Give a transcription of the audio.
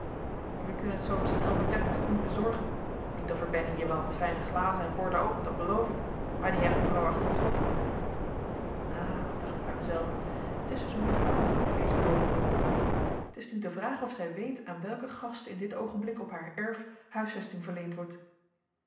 we kunnen het zoo op zijn elfendertigste niet bezorgen niet of er bennen hier wel wat fijne glazen en borden ook dat beloof ik maar die heit mevrouw achter t slot aha dacht ik bij mijzelven t is dus een mevrouw aan wie deze woning behoort t is nu de vraag of zij weet aan welke gasten in dit oogenblik op haar erf huisvesting verleend wordt